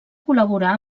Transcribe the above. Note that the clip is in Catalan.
col·laborar